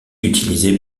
utilisé